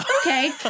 okay